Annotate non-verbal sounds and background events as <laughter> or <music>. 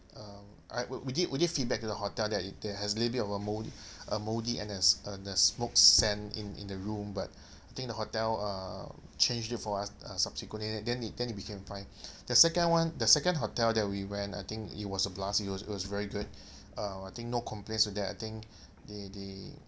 um I we did we did feedback to the hotel that there has a little bit of a mold a mouldy and a and a smoke scent in in the room but I think the hotel uh changed it for us uh subsequently then it then it became fine <breath> the second one the second hotel that we went I think it was a blast it was it was very good uh I think no complaints with that I think they they